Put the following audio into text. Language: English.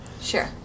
Sure